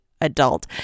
adult